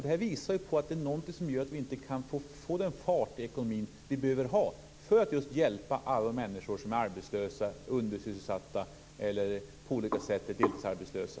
Det här visar att det är något som gör att vi inte kan få den fart i ekonomin vi behöver för att hjälpa alla som är arbetslösa, undersysselsatta eller på olika sätt deltidsarbetslösa.